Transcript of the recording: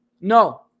No